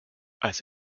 als